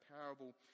parable